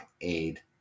aid